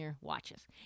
watches